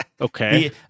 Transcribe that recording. okay